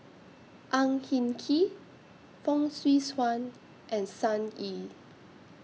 Ang Hin Kee Fong Swee Suan and Sun Yee